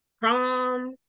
prom